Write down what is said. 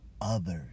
others